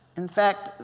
in fact,